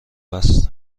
است